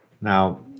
Now